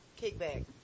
Kickback